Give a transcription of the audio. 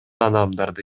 адамдарды